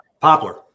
Poplar